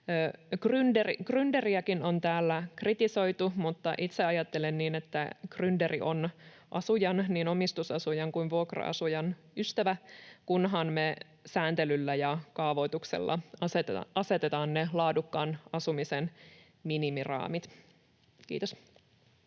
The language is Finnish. Grynderiäkin on täällä kritisoitu, mutta itse ajattelen, että grynderi on asujan — niin omistusasujan kuin vuokra-asujan — ystävä, kunhan me sääntelyllä ja kaavoituksella asetetaan ne laadukkaan asumisen minimiraamit. — Kiitos.